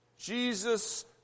Jesus